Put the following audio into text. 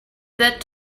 that